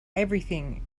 everything